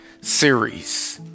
series